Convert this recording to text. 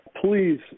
please